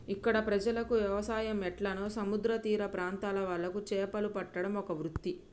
ఇక్కడ ప్రజలకు వ్యవసాయం ఎట్లనో సముద్ర తీర ప్రాంత్రాల వాళ్లకు చేపలు పట్టడం ఒక వృత్తి